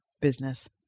business